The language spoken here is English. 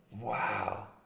Wow